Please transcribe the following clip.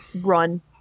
run